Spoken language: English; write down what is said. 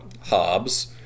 Hobbes